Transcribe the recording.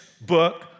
book